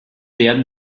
werden